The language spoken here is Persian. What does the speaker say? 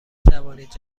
توانید